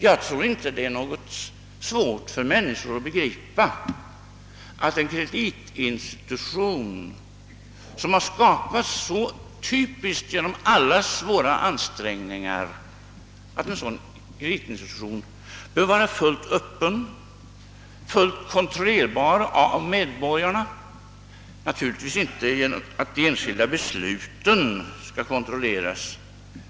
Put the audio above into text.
Jag tror inte att det är svårt för människorna att begripa att den kreditinstitution, som så uppenbarligen skapats genom allas våra ansträngningar, bör vara fullt öppen och kontrollerbar av medborgarna. Det betyder naturligtvis inte att de enskilda besluten skall kontrolleras.